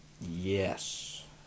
Yes